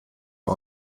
ihr